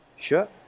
Sure